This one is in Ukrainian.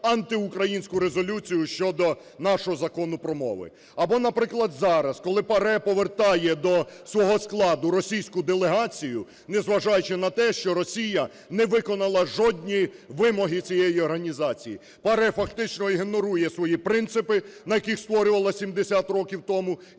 антиукраїнську резолюцію щодо нашого Закону про мови. Або, наприклад, зараз, коли ПАРЄ повертає до свого складу російську делегацію, не зважаючи на те, що Росія не виконала жодні вимоги цієї організації. ПАРЄ фактично ігнорує свої принципи, на яких створювалась 70 років тому, і